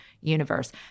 universe